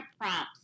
prompts